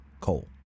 coal